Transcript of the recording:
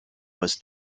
was